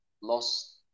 lost